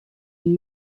une